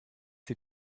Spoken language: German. sie